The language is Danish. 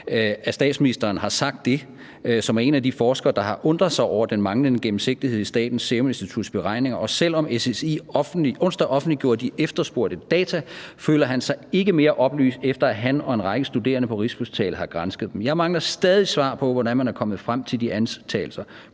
Jens Lundgren – han er en af de forskere, der har undret sig over den manglende gennemsigtighed i Statens Serum Instituts beregninger, og som, selv om SSI onsdag offentliggjorde de efterspurgte data, ikke føler sig mere oplyst, efter at han og en række studerende på Rigshospitalet har gransket dem – som nogle dage efter, at statsministeren havde sagt det,